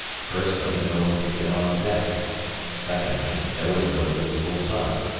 firstly, no one could get on deck secondly, there was no visible sun.